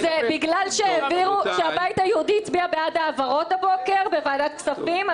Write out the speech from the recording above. זה כי הבית היהודי הצביע בעד העברות הבוקר בוועדת כספים?